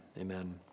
amen